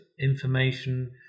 information